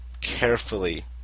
carefully